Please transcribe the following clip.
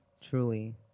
truly